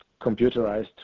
computerized